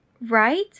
right